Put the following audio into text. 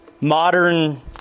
modern